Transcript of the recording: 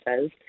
says